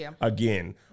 again